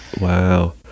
Wow